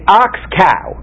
ox-cow